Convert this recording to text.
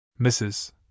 Mrs